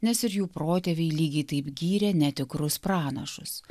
nes ir jų protėviai lygiai taip gyrė netikrus pranašus